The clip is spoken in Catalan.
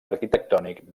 arquitectònic